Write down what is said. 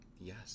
Yes